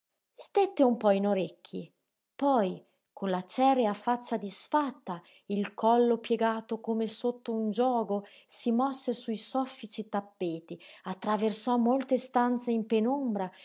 stette un po in orecchi poi con la cèrea faccia disfatta il collo piegato come sotto un giogo si mosse sui soffici tappeti attraversò molte stanze in penombra